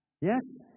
Yes